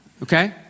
Okay